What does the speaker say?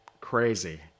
crazy